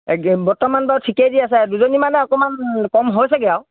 বৰ্তমান বাৰু ঠিকেই দি আছে দুজনী মানে অকণমান কম হৈছেগৈ আৰু